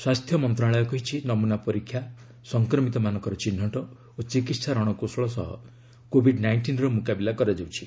ସ୍ୱାସ୍ଥ୍ୟ ମନ୍ତ୍ରଣାଳୟ କହିଛି ନମୁନା ପରୀକ୍ଷ ସଂକ୍ରମିତମାନଙ୍କ ଚିହ୍ନଟ ଓ ଚିକିତ୍ସା ରଣକୌଶଳ ସହ କୋଭିଡ୍ ନାଇଷ୍ଟିନ୍ର ମୁକାବିଲା କରାଯାଉଛି